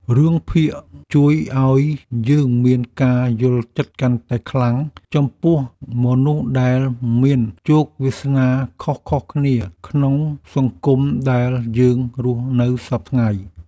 រឿងភាគជួយឱ្យយើងមានការយល់ចិត្តកាន់តែខ្លាំងចំពោះមនុស្សដែលមានជោគវាសនាខុសៗគ្នាក្នុងសង្គមដែលយើងរស់នៅសព្វថ្ងៃ។